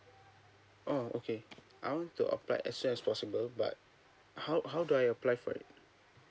oh okay I want to apply as soon as possible but how how do I apply for it